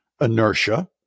inertia